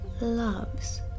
loves